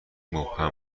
مبهم